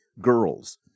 girls